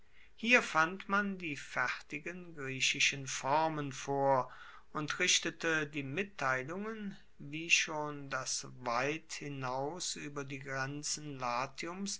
hier fand man die fertigen griechischen formen vor und richtete die mitteilungen wie schon das weit hinaus ueber die grenzen latiums